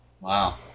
Wow